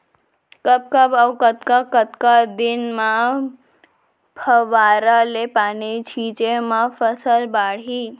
कब कब अऊ कतका कतका दिन म फव्वारा ले पानी छिंचे म फसल बाड़ही?